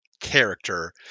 character